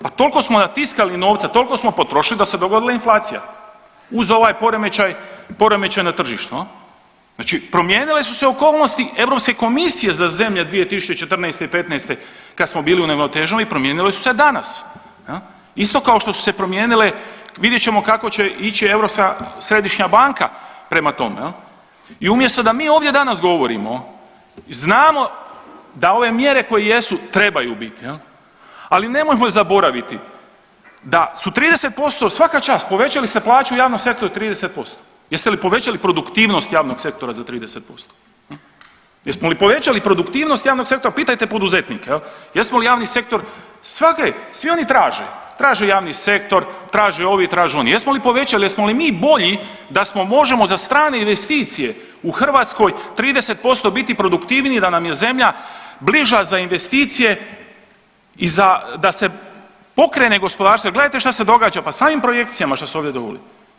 Pa tolko smo natiskali novca, tolko smo potrošili da se dogodila inflacija uz ovaj poremećaj, poremećaj na tržištu jel, znači promijenile su se okolnosti Europske komisije za zemlje 2014. i '15. kad smo bili uneravnoteženi i promijenile su se danas jel, isto kao što su se promijenile, vidjet ćemo kako će ići Europska središnja banka prema tome jel i umjesto da mi ovdje danas govorimo i znamo da ove mjere koje jesu trebaju bit jel, ali nemojmo zaboraviti da su 30%, svaka čast povećali ste plaću u javnom sektoru 30%, jeste li povećali produktivnost javnog sektora za 30%, jesmo li povećali produktivnost javnog sektora pitajte poduzetnike jel, jesmo li javni sektor, sve okej, svi oni traže, traži javni sektor, traže ovi, traže oni, jesmo li povećali, jesmo li mi bolji da smo, možemo za strane investicije u Hrvatskoj 30% biti produktivniji da nam je zemlja bliža za investicije i za da se pokrene gospodarstvo, gledajte šta se događa, pa samim projekcijama šta se ovdje dogodilo.